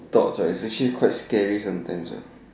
thoughts right is actually quite scary sometimes